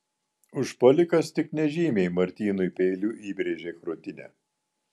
užpuolikas tik nežymiai martynui peiliu įbrėžė krūtinę